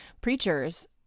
preachers